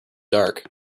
dark